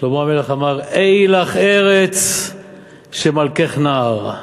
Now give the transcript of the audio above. שלמה המלך אמר: "אי לך ארץ שמלכך נער"